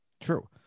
True